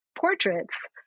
portraits